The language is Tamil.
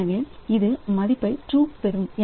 எனவே அது மதிப்பை ட்ரூ பெறும்